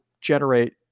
generate